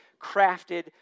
crafted